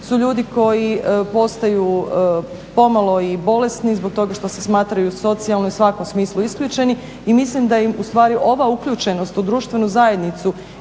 su ljudi koji postaju pomalo i bolesni zbog toga što se smatraju u socijalnom i svakom smislu isključeni. I mislim da im ustvari ova uključenost u društvenu zajednicu